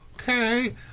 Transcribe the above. okay